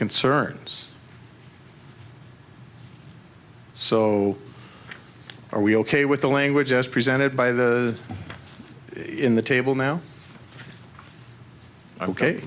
concerns so are we ok with the language as presented by the in the table now ok